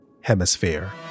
hemisphere